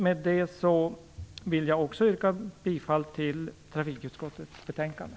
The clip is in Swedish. Med detta vill jag yrka bifall till hemställan i trafikutskottets betänkande.